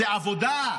זו עבודה.